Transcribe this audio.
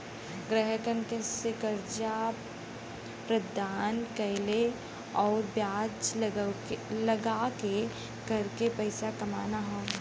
ग्राहकन के कर्जा प्रदान कइके आउर ब्याज लगाके करके पइसा कमाना हौ